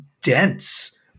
dense